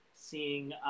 seeing